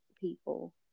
people